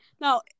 Now